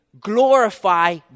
glorify